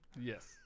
Yes